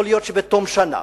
יכול להיות שבתום שנה,